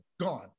gone